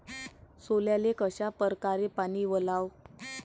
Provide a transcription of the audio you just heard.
सोल्याले कशा परकारे पानी वलाव?